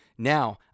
Now